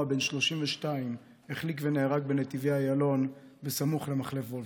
בן 32 החליק ונהרג בנתיבי איילון סמוך למחלף וולפסון.